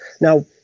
Now